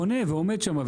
הוא חונה ועומד שם.